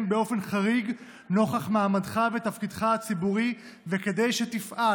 באופן חריג נוכח מעמדך ותפקידך הציבורי וכדי שתפעל